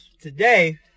Today